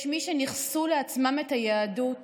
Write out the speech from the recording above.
יש מי שניכסו לעצמם את היהדות